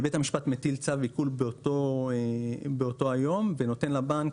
בית המשפט מטיל צו עיקול באותו היום ונותן לבנק